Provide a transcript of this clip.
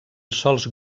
sols